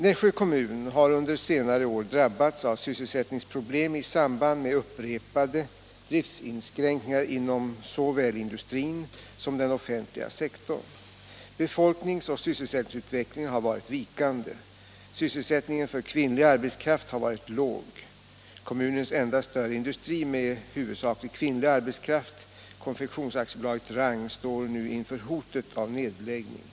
Nässjö kommun har under senare år drabbats av sysselsättningsproblem i samband med upprepade driftinskränkningar inom såväl industrin som den offentliga sektorn. Befolkningsoch sysselsättningsutvecklingen har varit vikande. Sysselsättningen för kvinnlig arbetskraft har varit låg. Kommunens enda större industri med huvudsaklig kvinnlig arbetskraft, Konfektions AB Rang, står nu inför hotet av nedläggning.